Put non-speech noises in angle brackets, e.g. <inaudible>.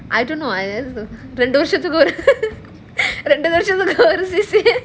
I don't know ரெண்டு விஷயத்துக்கு:rendu vishayathuku <laughs> ரெண்டு விஷயத்துக்கா:rendu vishayathukaa C_C_A <laughs>